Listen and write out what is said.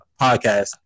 podcast